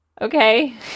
okay